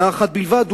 שנה אחת בלבד,